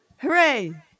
Hooray